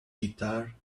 guitar